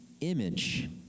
image